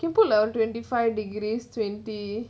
can put like on twenty five degrees twenty